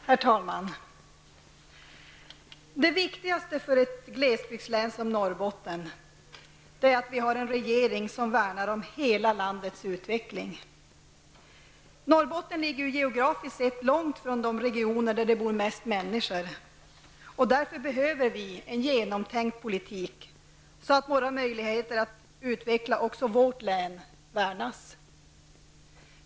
Herr talman! Det viktigaste för ett glesbygdslän som Norrbotten är att vi har en regering som värnar om hela landets utveckling. Norrbotten ligger geografiskt sett långt bort från de regioner där det bor flest människor. Vi behöver därför en genomtänkt politik så att våra möjligheter att utveckla också vårt län värnas.